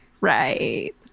Right